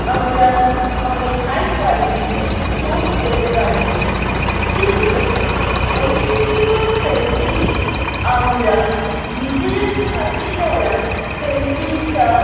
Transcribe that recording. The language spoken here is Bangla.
আমরা অনেক হাই কোয়ালিটিতে পোস্ট করতে পারি কিন্তু ঐতিহ্যগত পেন্টিংয়ে আমরা নিজেদের হাতে করা পেন্টিংটা